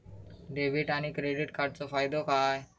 Debit आणि credit कार्डचो फायदो काय?